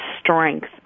strength